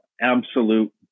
absolute